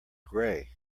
gray